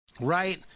right